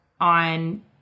on